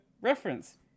reference